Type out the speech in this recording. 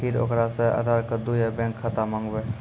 फिर ओकरा से आधार कद्दू या बैंक खाता माँगबै?